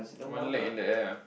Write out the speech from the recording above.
one leg in the air ah